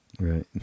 right